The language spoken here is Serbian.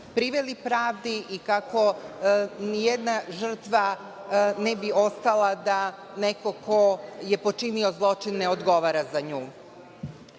priveli pravdi i kako nijedna žrtva ne bi ostala da neko ko je počinio zločin ne odgovara za